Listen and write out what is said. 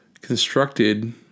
constructed